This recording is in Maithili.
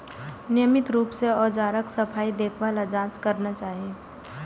नियमित रूप सं औजारक सफाई, देखभाल आ जांच करना चाही